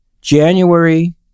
January